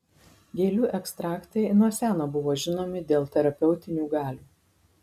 gėlių ekstraktai nuo seno buvo žinomi dėl terapeutinių galių